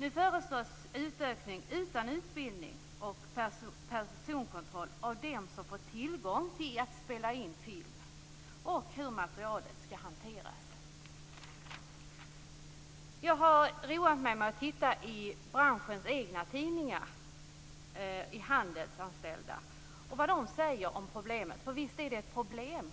Nu föreslås utökning utan utbildning och personkontroll av dem som får tillgång till att spela in film och kan avgöra hur materialet skall hanteras. Jag har roat mig med att titta i branschens och de handelsanställdas egna tidningar och se vad de säger om problemet. För visst är det ett problem